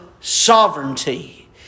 sovereignty